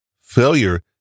Failure